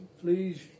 please